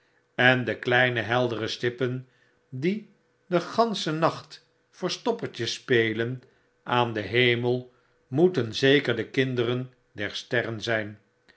en de kleine heldere stippen die den ganschen nacht verstoppertje spelen aan den hemel moeten zeker de kinderen der sterren zijn